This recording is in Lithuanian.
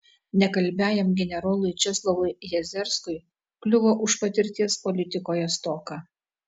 nekalbiajam generolui česlovui jezerskui kliuvo už patirties politikoje stoką